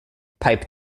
pipe